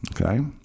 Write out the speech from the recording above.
Okay